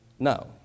No